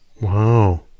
wow